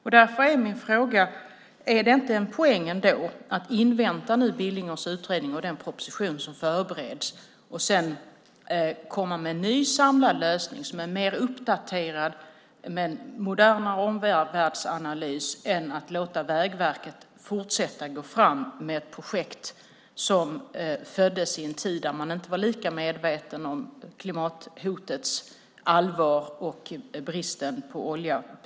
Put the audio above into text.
Min fråga är därför: Finns det inte en poäng med att invänta Billingers utredning och den proposition som förbereds och därefter komma med en ny, samlad lösning som är mer uppdaterad och ger en modernare omvärldsanalys än att låta Vägverket fortsätta att gå fram med ett projekt som föddes i en tid när man inte var lika medveten om klimathotets allvar och bristen på olja?